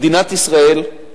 מדינת ישראל,